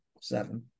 seven